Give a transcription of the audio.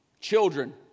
children